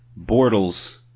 Bortles